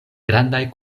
grandaj